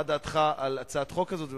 מה דעתך על הצעת החוק הזאת,